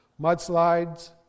mudslides